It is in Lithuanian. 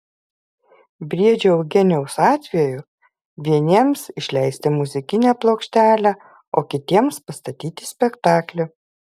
briedžio eugenijaus atveju vieniems išleisti muzikinę plokštelę o kitiems pastatyti spektaklį